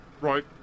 right